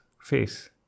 face